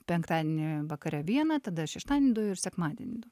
penktadienį vakare vieną tada šeštadienį du ir sekmadienį du